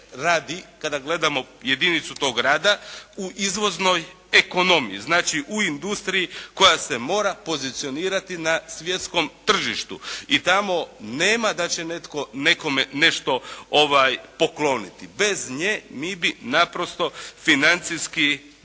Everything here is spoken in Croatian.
kada gledamo jedinicu tog rada u izvoznoj ekonomiji, znači u industriji koja se mora pozicionirati na svjetskom tržištu i tamo nema da će netko nekome nešto pokloniti. Bez nje mi bi naprosto financijski